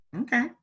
okay